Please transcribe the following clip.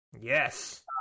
Yes